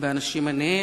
באנשים עניים,